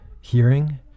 hearing